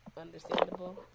understandable